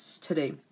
today